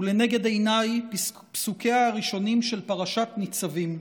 ולנגד עיניי פסוקיה הראשונים של פרשת ניצבים: